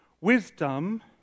wisdom